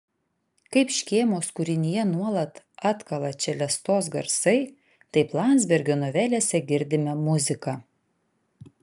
kaip škėmos kūrinyje nuolat atkala čelestos garsai taip landsbergio novelėse girdime muziką